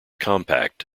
compact